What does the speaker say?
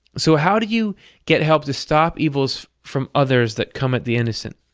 so how do you get help to stop evils from others that come at the innocent.